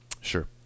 Sure